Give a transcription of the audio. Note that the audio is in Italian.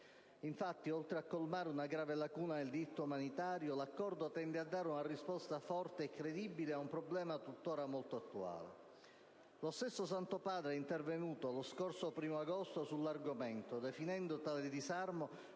Infatti, oltre a colmare una grave lacuna del diritto umanitario, l'accordo tende a dare una risposta forte e credibile ad un problema tuttora molto attuale. Lo stesso Santo Padre è intervenuto lo scorso 1° agosto sull'argomento, definendo tale disarmo